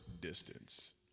distance